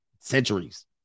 centuries